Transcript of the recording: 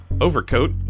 overcoat